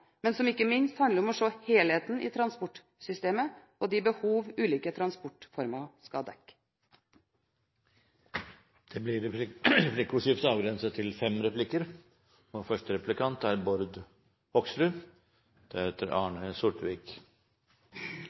men som ikke minst handler om å se helheten i transportsystemet og de behovene ulike transportformer skal dekke. Det blir replikkordskifte.